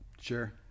Sure